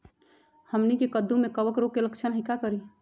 हमनी के कददु में कवक रोग के लक्षण हई का करी?